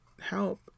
help